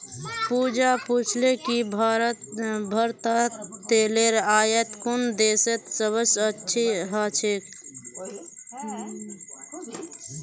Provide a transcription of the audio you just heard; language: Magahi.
पूजा पूछले कि भारतत तेलेर आयात कुन देशत सबस अधिक ह छेक